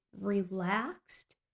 relaxed